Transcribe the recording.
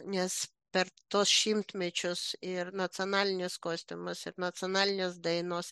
nes per tuos šimtmečius ir nacionalinis kostiumas ir nacionalinės dainos